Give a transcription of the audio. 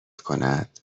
کند